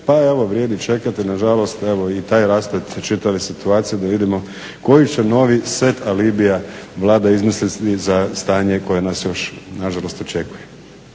pa evo vrijedi čekati nažalost i taj rasplet čitave situacije da vidimo koji će novi set alibija Vlada izmisliti za stanje koje nas još nažalost očekuje.